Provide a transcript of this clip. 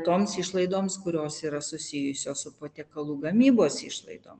toms išlaidoms kurios yra susijusios su patiekalų gamybos išlaidom